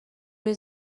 روی